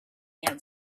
and